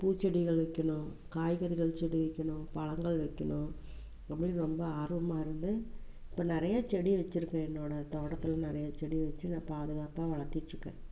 பூச்செடிகள் வைக்கணும் காய்கறிகள் செடி வைக்கணும் பழங்கள் வைக்கணும் அது மாதிரி ரொம்ப ஆர்வமாக இருந்தது இப்போ நிறைய செடி வச்சுருக்கேன் என்னோடய தோட்டத்தில் நிறைய செடி வச்சு நான் பாதுகாப்பாக வளர்த்துகிட்ருக்கேன்